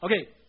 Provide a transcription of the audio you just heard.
Okay